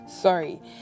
sorry